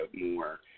more